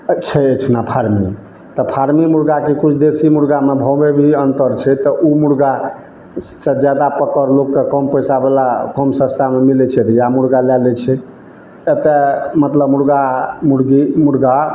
छै एहिठुना फार्मी तऽ फार्मी मुर्गाके किछु देशी मुर्गाके भावमे भी अंतर छै तऽ ओ मुर्गासँ जादा पकड़ लोककेँ कम पैसा बला कम सस्तामे मिलै छै तऽ इहए मुर्गा लाए लै छै एतऽ मतलब मुर्गा मुर्गी मुर्गा